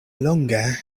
longe